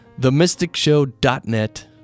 themysticshow.net